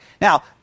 Now